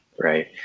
Right